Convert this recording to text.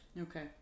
okay